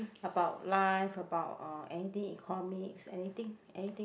about life about uh anything economics anything anything